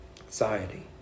anxiety